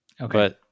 Okay